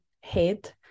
head